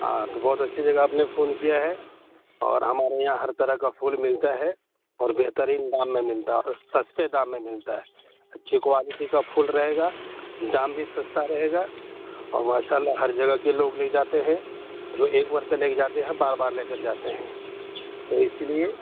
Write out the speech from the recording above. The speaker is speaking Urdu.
ہاں تو بہت اچھی جگہ آپ نے فون کیا ہے اور ہمارے یہاں ہر طرح کا پھول ملتا ہے اور بہترین دام میں ملتا ہے اور سستے دام میں ملتا ہے اچھی کوالٹی کا پھول رہے گا دام بھی سستا رہے گا اور ماشاء اللہ ہر جگہ کے لوگ لے جاتے ہیں جو ایک مرتبہ لے کے جاتے ہیں بار بار لے کر جاتے ہیں تو اسی لیے